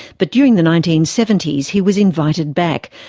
but during the nineteen seventy s he was invited back,